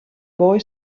boy